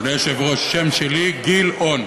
אדוני היושב-ראש, השם שלי גילאון.